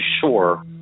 sure